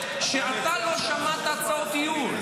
שאתה לא שמעת הצעות ייעול.